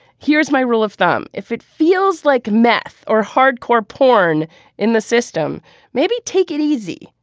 here's my rule of thumb if it feels like meth or hardcore porn in the system. maybe take it easy.